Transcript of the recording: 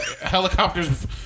Helicopters